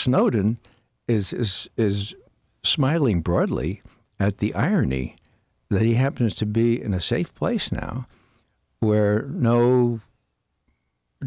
snowden is is smiling broadly at the irony that he happens to be in a safe place now where no